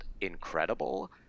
incredible